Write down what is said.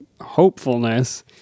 hopefulness